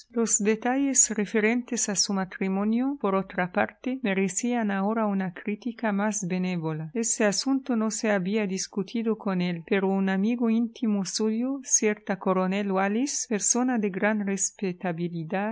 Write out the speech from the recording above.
los detalles referentes a su matrimonio por otra parte merecían ahora una crítica más benévola este asunto no se había discutido con él pero un amigo íntimo suyo cierto coronel wallis persona de gran respetabilidad